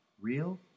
real